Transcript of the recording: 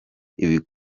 bya